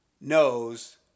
knows